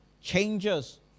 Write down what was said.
changes